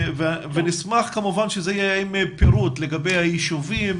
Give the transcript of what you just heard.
נשמח כמובן שזה יהיה עם פירוט לגבי היישובים